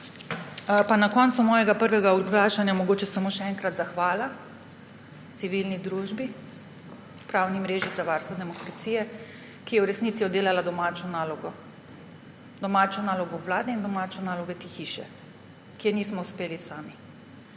Na koncu mojega prvega oglašanja mogoče samo še enkrat zahvala civilni družbi, Pravni mreži za varstvo demokracije, ki je v resnici oddelala domačo nalogo, domačo nalogo Vlade in domačo nalogo te hiše, ki je nismo uspeli sami.